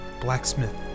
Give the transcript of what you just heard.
blacksmith